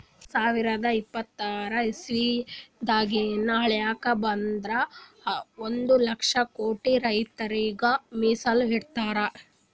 ಎರಡ ಸಾವಿರದ್ ಇಪ್ಪತರ್ ಇಸವಿದಾಗಿಂದ್ ಹೇಳ್ಬೇಕ್ ಅಂದ್ರ ಒಂದ್ ಲಕ್ಷ ಕೋಟಿ ರೊಕ್ಕಾ ರೈತರಿಗ್ ಮೀಸಲ್ ಇಟ್ಟಿರ್